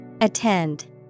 Attend